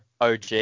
OG